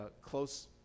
close